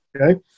Okay